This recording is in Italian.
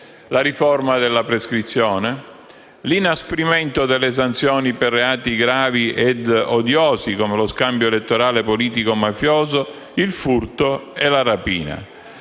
la riforma della prescrizione, l'inasprimento delle sanzioni per reati gravi e odiosi come lo scambio elettorale politico-mafioso, il furto e la rapina;